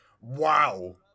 Wow